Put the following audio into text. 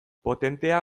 potentea